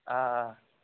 آ آ